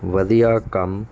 ਵਧੀਆ ਕੰਮ